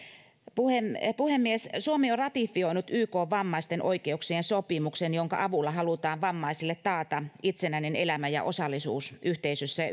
puhemies suomi on ratifioinut ykn vammaisten oikeuksien sopimuksen jonka avulla halutaan vammaisille taata itsenäinen elämä ja osallisuus yhteisössä ja